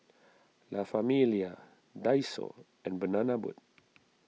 La Famiglia Daiso and Banana Boat